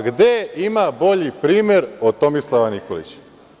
Gde ima bolji primer od Tomislava Nikolića?